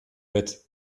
bett